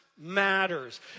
Matters